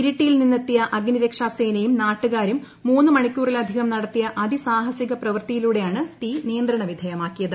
ഇരിട്ടിയിൽ നിന്നെത്തിയ അഗ്നിരുക്ഷാ സേനയും നാട്ടുകാരും മൂന്ന് മണിക്കുറിലധികം അതിസാഹസിക പ്രവർത്തിയിലൂടെയാണ് തീ നിയന്ത്രണ വിധേയമാക്കിയത്